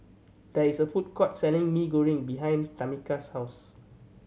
there is a food court selling Mee Goreng behind Tamica's house